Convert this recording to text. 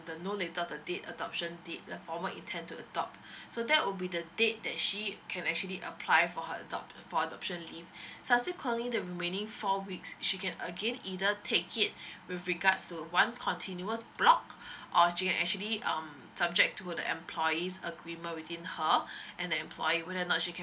the no later the date adoption date the formal intend to adopt so that will be the date that she can actually apply for her adopt for her adoption leave subsequently the remaining four weeks she can again either take it with regards to one continuous block or she can actually um subject to the employees agreement within her and the employer whenever not she can